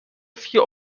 vier